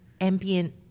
ambient